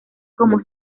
como